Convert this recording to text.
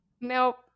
Nope